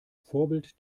vorbild